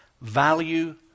value